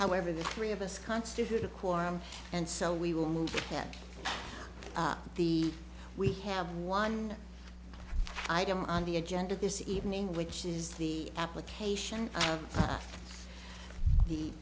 however the three of us constitute a quorum and so we will move ahead of the we have one item on the agenda this evening which is the application of the